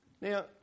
Now